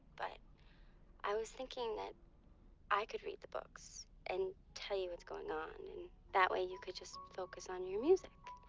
but i was thinking that i could read the books and tell you what's going on. and that way, you could just focus on your music.